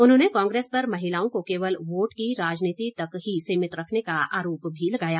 उन्होने कांग्रेस पर महिलाओं को केवल वोट की राजनीति तक ही सीमित रखने का आरोप भी लगाया